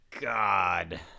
God